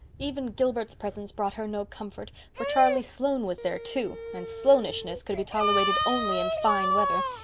even gilbert's presence brought her no comfort, for charlie sloane was there, too, and sloanishness could be tolerated only in fine weather.